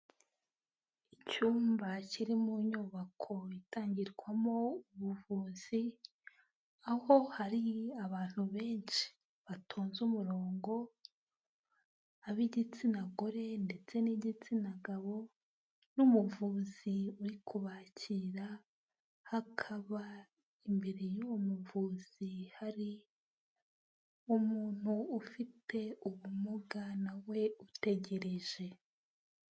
Icyumba kiri mu nyubako itangirwamo ubuvuzi, aho hari abantu benshi batonze umurongo, ab'igitsina gore ndetse n'igitsina gabo, n'umuvuzi uri kubakira, hakaba imbere y'uwo muvuzi hari umuntu ufite ubumuga nawe utegereje.